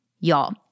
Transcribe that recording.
y'all